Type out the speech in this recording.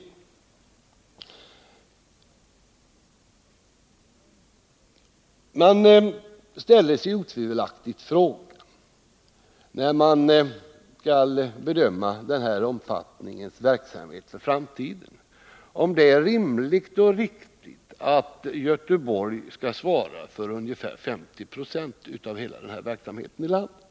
När man skall bedöma denna omfattande verksamhet för framtiden ställer man sig otvivelaktigt frågan, om det är rimligt och riktigt att Göteborg skall svara för ungefär 50 96 av den här verksamheten i landet.